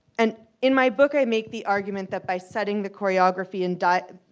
and in my book i make the argument that by setting the choreography and dialogue.